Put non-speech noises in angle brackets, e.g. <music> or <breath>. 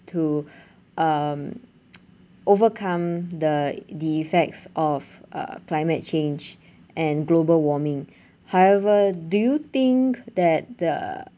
to <breath> um <noise> overcome the the effects of uh climate change and global warming <breath> however do you think that the